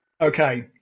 okay